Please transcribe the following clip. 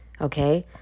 okay